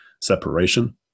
separation